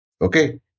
Okay